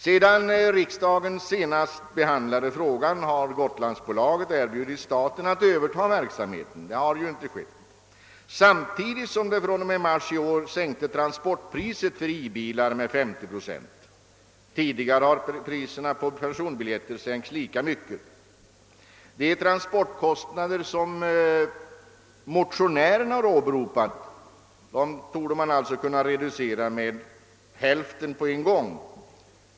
Sedan riksdagen senast behandlade frågan har Gotlandsbolaget erbjudit staten att få överta dess verksamhet, vilket dock inte skett. Samtidigt sänkte man fr.o.m. mars i år iransportpriset för I-bilar med 50 procent. Tidigare har priserna på personbiljetter sänkts lika mycket. De transportkostnader motionärerna åberopat torde alltså omedelbart kunna reduceras med hälften.